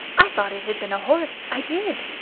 i thought it had been a horse i did.